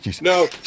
No